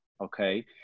Okay